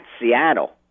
Seattle